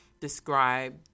describe